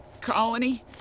colony